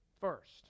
first